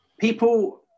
people